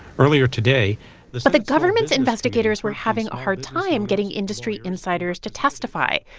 earlier today. but the government's investigators were having a hard time getting industry insiders to testify.